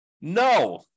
No